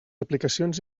aplicacions